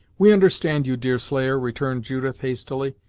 we understand you, deerslayer, returned judith, hastily,